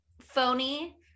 phony